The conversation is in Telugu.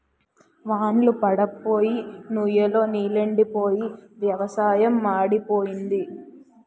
వాన్ళ్లు పడప్పోయి నుయ్ లో నీలెండిపోయి వ్యవసాయం మాడిపోయింది